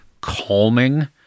calming